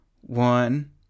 one